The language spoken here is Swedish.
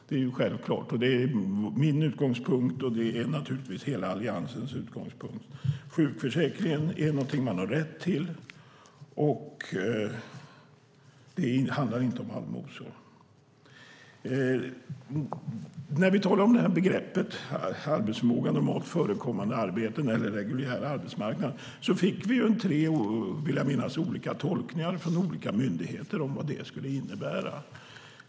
Det är självklart, och det är min och naturligtvis hela Alliansens utgångspunkt. Sjukförsäkringen är någonting som man har rätt till, och det handlar inte om allmosor. Beträffande begreppet "normalt förekommande arbete" när det gäller den reguljära arbetsmarknaden vill jag minnas att vi från olika myndigheter fått tre olika tolkningar av innebörden.